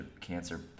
cancer